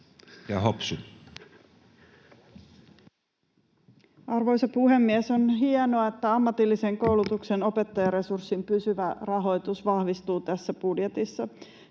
Content: Arvoisa puhemies! On hienoa, että ammatillisen koulutuksen opettajaresurssin pysyvä rahoitus vahvistuu tässä budjetissa.